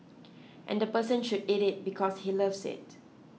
and the person should eat it because he loves it